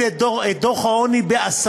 את שיעור העניים לפי דוח העוני ב-10%.